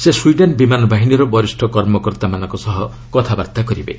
ସେ ସ୍ୱିଡେନ୍ ବିମାନ ବାହିନୀର ବରିଷ କର୍ମକର୍ତ୍ତାମାନଙ୍କ ସହ କଥାବାର୍ତ୍ତା କରିବେ